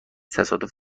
تصادف